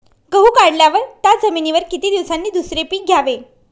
गहू काढल्यावर त्या जमिनीवर किती दिवसांनी दुसरे पीक घ्यावे?